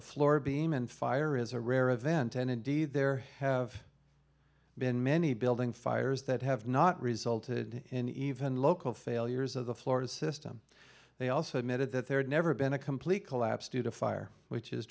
a floor beam and fire is a rare event and indeed there have been many building fires that have not resulted in even local failures of the florida system they also admitted that there had never been a complete collapse due to fire which is